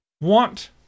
want